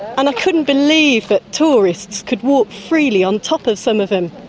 and i couldn't believe that tourists could walk freely on top of some of them.